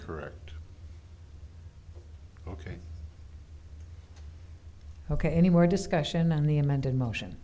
correct ok ok any more discussion on the amended motion